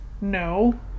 No